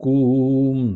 Kum